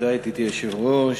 ידידי היושב-ראש,